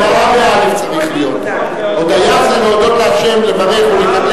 את צודקת, צריך להיות "הודאה", באל"ף.